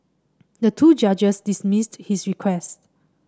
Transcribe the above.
the two judges dismissed his request